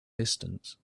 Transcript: distance